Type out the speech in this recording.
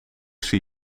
zie